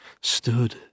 stood